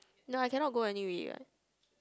no I cannot go anyway what